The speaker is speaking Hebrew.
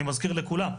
אני מזכיר לכולם.